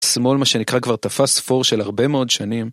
שמאל מה שנקרא כבר תפס פור של הרבה מאוד שנים